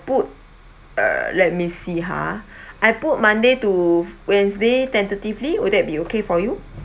put uh let me see ha I put monday to wednesday tentatively would that be okay for you